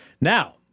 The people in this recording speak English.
Now